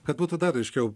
kad būtų dar aiškiau